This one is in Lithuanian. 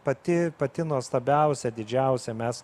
pati pati nuostabiausia didžiausia mes